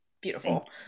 beautiful